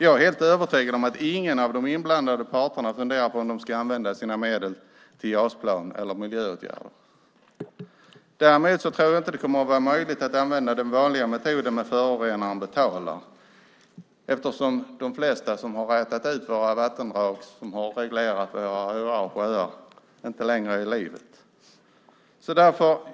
Jag är helt övertygad om att ingen av de inblandade partnerna funderar på om de ska använda sina medel till JAS-plan eller miljöåtgärder. Däremot tror jag inte att det kommer att vara möjligt att använda den vanliga metoden med att förorenaren betalar. De flesta som har rätat ut våra vattendrag och reglerat våra öar och sjöar är inte längre i livet. Herr talman!